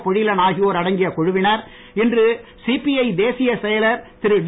பொழிலன் ஆகியோர் அடங்கிய குழுவினர் இன்று சிபிஐ தேசிய செயலர் திரு டி